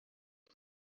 اره